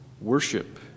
worship